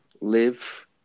live